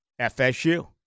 FSU